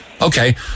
Okay